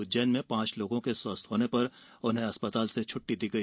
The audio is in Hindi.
उज्जैन में पांच लोगों के स्वस्थ होने पर उन्हें अस्पताल से छुट्टी दी गई